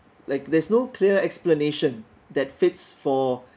like there's no clear explanation that fits for